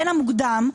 בין המוקדם,